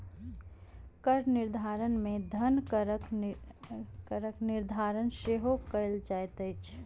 कर निर्धारण मे धन करक निर्धारण सेहो कयल जाइत छै